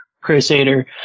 Crusader